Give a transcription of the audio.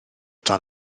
dan